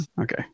Okay